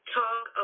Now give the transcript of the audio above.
talk